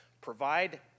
provide